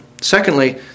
Secondly